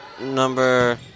number